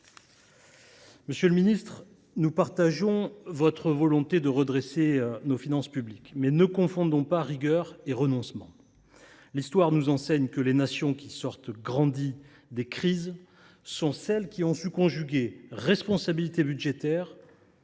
Monsieur le ministre, nous partageons votre volonté de redresser nos finances publiques, mais ne confondons pas rigueur et renoncement. L’histoire nous enseigne que les nations qui sortent grandies des crises sont celles qui ont su concilier responsabilité budgétaire